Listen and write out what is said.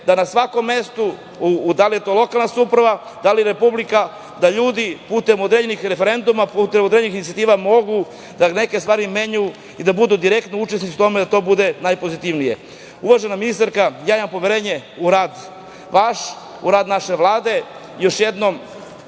da na svakom mestu, da li je to lokalna samouprava, da li Republika, da ljudi putem određenih referenduma, putem određenih inicijativa mogu da neke stvari menjaju i da budu direktno učesnici u tome da to bude najpozitivnije. Uvažena ministarko, ja imam poverenje u rad vaš, u rad naše Vlade. Još jednom,